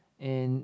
and